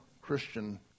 Christian